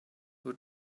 who